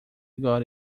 got